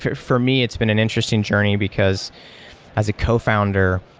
for for me, it's been an interesting journey, because as a cofounder,